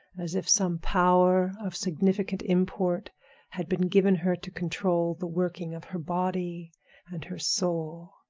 as if some power of significant import had been given her to control the working of her body and her soul.